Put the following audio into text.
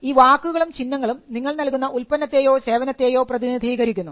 ഈ വാക്കുകളും ചിഹ്നങ്ങളും നിങ്ങൾ നൽകുന്ന ഉൽപ്പന്നത്തെയോ സേവനത്തെയോ പ്രതിനിധീകരിക്കുന്നു